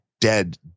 dead